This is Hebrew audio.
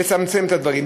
לצמצם את הדברים.